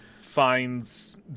finds